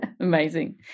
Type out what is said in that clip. amazing